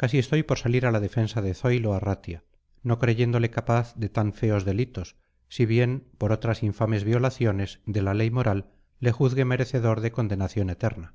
casi estoy por salir a la defensa de zoilo arratia no creyéndole capaz de tan feos delitos si bien por otras infames violaciones de la ley moral le juzgue merecedor de condenación eterna